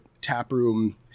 taproom